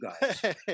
guys